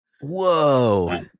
Whoa